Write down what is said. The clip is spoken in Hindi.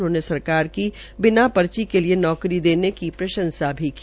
उन्होंने सरकार की बिना पर्ची के लिए नौकरी देने की घोषणा भी की